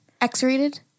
X-rated